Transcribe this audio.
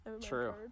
True